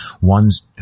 ones